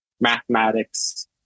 mathematics